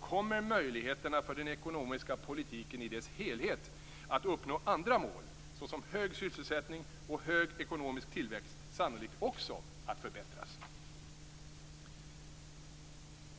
kommer möjligheterna för den ekonomiska politiken i dess helhet att uppnå andra mål såsom hög sysselsättning och hög ekonomisk tillväxt sannolikt också att förbättras.